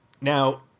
Now